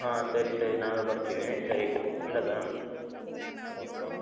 ಹಾಂ ಸರಿ ಸರಿ ನಾವೇ ಬರ್ತೀನಿ ಸರಿ ಇಡೋದಾ ಓಕೆ ಓಕೆ